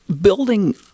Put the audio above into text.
building